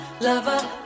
lover